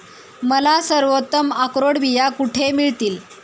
मला सर्वोत्तम अक्रोड बिया कुठे मिळतील